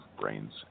Brains